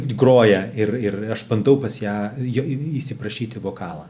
groja ir ir aš bandau pas ją jo įsiprašyt į vokalą